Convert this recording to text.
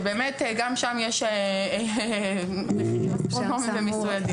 ובאמת גם שם יש מיסוי אדיר.